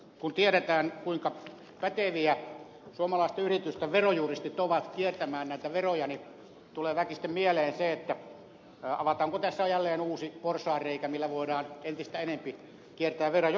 kun tiedetään kuinka päteviä suomalaisten yritysten verojuristit ovat kiertämään näitä veroja niin tulee väkisten mieleen se avataanko tässä jälleen uusi porsaanreikä millä voidaan entistä enempi kiertää veroja